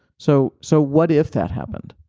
so so what if that happened?